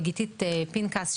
וגיתית פנקס,